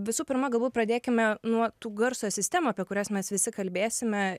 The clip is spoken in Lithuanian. visų pirma galbūt pradėkime nuo tų garso sistemų apie kurias mes visi kalbėsime